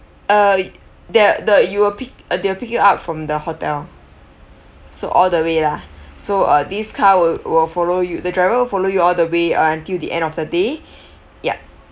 uh the the you will pick uh they will pick you up from the hotel so all the way lah so uh this car will will follow you the driver will follow you all the way uh until the end of the day yup